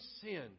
sin